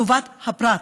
טובת הפרט.